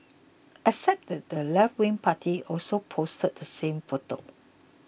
except that the leftwing party also posted the same photo